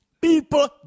people